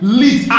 lead